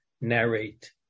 narrate